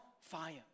fire